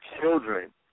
children